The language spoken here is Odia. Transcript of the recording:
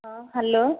ହଁ ହ୍ୟାଲୋ